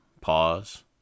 pause